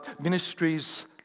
ministries